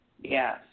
Yes